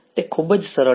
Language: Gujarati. તે ખૂબ જ સરળ છે